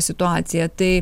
situacija tai